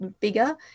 bigger